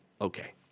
Okay